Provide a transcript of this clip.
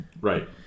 Right